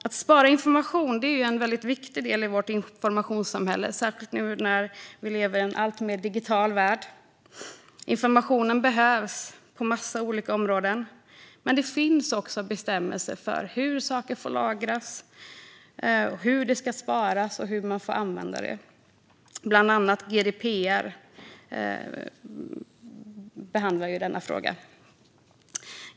Att spara information är en viktig del i vårt informationssamhälle, särskilt när vi lever i en alltmer digital värld. Informationen behövs på en massa olika områden, men det finns också bestämmelser om hur uppgifter får lagras, hur de ska sparas och hur man får använda dem. Bland annat behandlar GDPR detta.